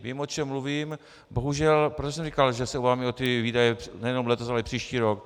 Vím, o čem mluvím, bohužel, proto jsem říkal, že jde o ty výdaje nejenom letos, ale i příští rok.